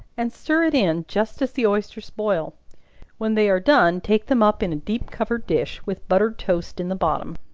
and stir it in just as the oysters boil when they are done, take them up in a deep covered dish, with buttered toast in the bottom.